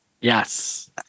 Yes